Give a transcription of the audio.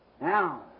Now